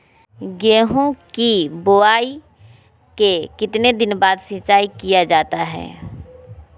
गेंहू की बोआई के कितने दिन बाद सिंचाई किया जाता है?